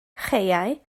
chaeau